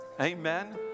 Amen